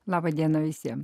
laba diena visiems